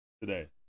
today